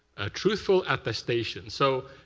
truthful at the station. so